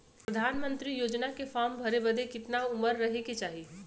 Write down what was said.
प्रधानमंत्री योजना के फॉर्म भरे बदे कितना उमर रहे के चाही?